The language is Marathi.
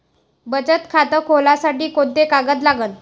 बचत खात खोलासाठी कोंते कागद लागन?